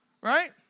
Right